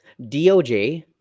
DOJ